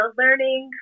learning